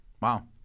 Wow